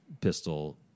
pistol